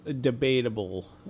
debatable